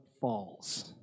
falls